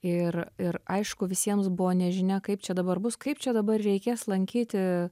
ir ir aišku visiems buvo nežinia kaip čia dabar bus kaip čia dabar reikės lankyti